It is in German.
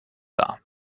dar